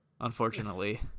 unfortunately